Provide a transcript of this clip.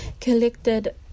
collected